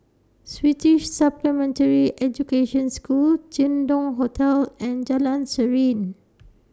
Swedish Supplementary Education School Jin Dong Hotel and Jalan Serene